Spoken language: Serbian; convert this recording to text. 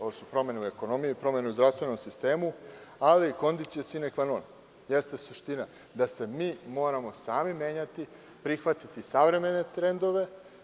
Ovo su promene u ekonomiji, promene u zdravstvenom sistemu, ali i conditio sine qua non, jeste suština, da se mi moramo sami menjati, prihvatiti savremene trendove.